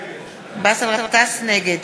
נגד